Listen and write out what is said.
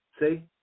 See